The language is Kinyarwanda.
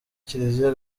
kiliziya